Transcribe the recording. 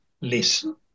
listen